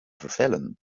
vervellen